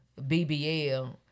BBL